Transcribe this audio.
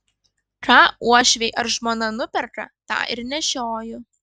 ką uošviai ar žmona nuperka tą ir nešioju